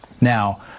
Now